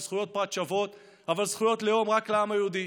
עם זכויות פרט שוות אבל זכויות לאום רק לעם היהודי,